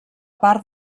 part